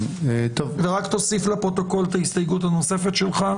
רק תוסיף לפרוטוקול את ההסתייגות הנוספת שלך.